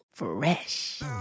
Fresh